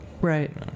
Right